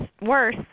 worse